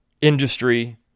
industry